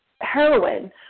heroin